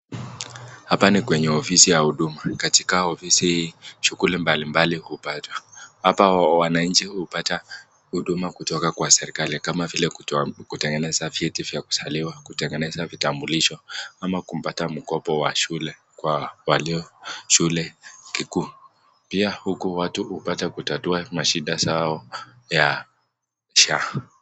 Hapa ni kwenye ofisi ya huduma, katika ofisi hii shughuli mbali mbali hupatwa hapa wananchi hupata huduma kutoka kwa serikali kama vile; kutengeneza vieti vya kuzaliwa ,kutengeneza vitambulisho ama kupata mkopo wa shule kwa walio shule kikuu, pia huku watu hupata kutatua mashida zao ya Sha.